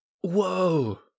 Whoa